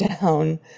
down